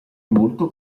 molto